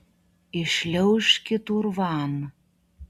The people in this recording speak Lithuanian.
įšliaužkit urvan